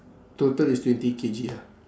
total is twenty K_G ah